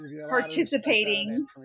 participating